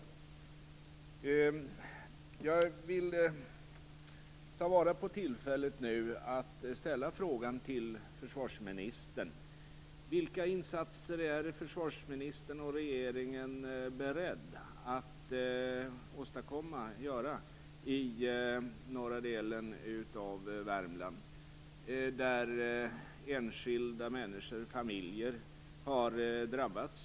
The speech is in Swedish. Jag vill ta vara på tillfället och ställa frågan till försvarsministern: Vilka insatser är försvarsministern och regeringen beredda att göra i norra delen av Värmland, där enskilda människor och familjer har drabbats?